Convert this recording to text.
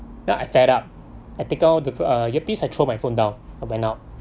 then I fed up I take out the earpiece I throw my phone down I went out